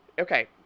Okay